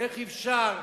איך אפשר